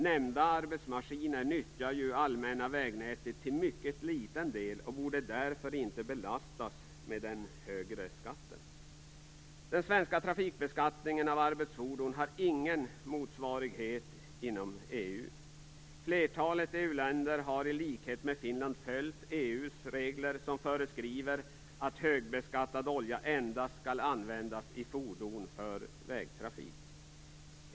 Nämnda arbetsmaskiner nyttjar ju allmänna vägnätet till mycket liten del, och borde därför inte belastas med den högre skatten. Den svenska trafikbeskattningen av arbetsfordon har ingen motsvarighet inom EU. Flertalet EU-länder har i likhet med Finland följt EU:s regler, som föreskriver att högbeskattad olja endast skall användas i fordon för vägtrafik.